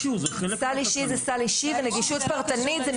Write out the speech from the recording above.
סל אישי זה סל אישי ונגישות פרטנית זה